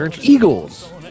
Eagles